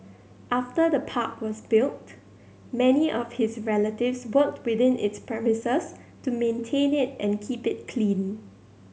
after the park was built many of his relatives worked within its premises to maintain it and keep it clean